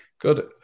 Good